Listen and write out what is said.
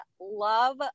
love